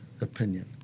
opinion